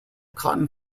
cotton